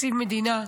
תקציב מדינה.